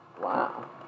Wow